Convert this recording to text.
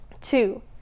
Two